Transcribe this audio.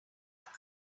are